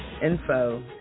info